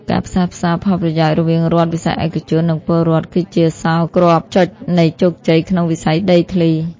ការផ្សះផ្សាផលប្រយោជន៍រវាងរដ្ឋ វិស័យឯកជន និងពលរដ្ឋ គឺជាសោរគ្រាប់ចុចនៃជោគជ័យក្នុងវិស័យដីធ្លី។